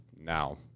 now